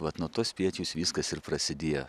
vat nuo to spiečiaus viskas ir prasidėja